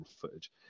footage